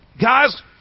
Guys